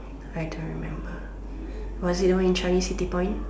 I don't remember or is it the one in Changi city point